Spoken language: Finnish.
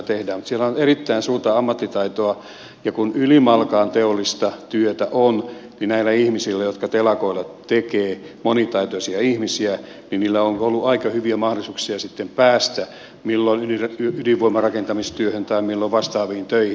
mutta siellä on erittäin suurta ammattitaitoa ja kun ylimalkaan teollista työtä on niin näillä monitaitoisilla ihmisillä jotka telakoilla työskentelevät on ollut aika hyviä mahdollisuuksia päästä milloin ydinvoimarakentamistyöhön tai milloin vastaaviin töihin